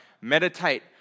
meditate